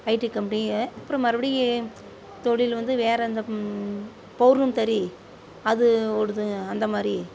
ID கம்பெனிகள் அப்புறம் மறுபடியும் தொழில் வந்து வேறு எந்த பவர் லுாம் தறி அது ஓ ஓடுது அந்த மாதிரி